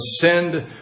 ascend